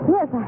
Yes